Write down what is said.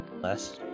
Less